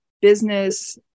business